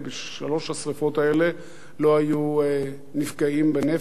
בשלוש השרפות האלה לא היו נפגעים בנפש,